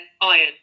iron